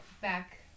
back